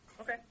Okay